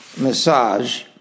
massage